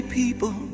people